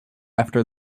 after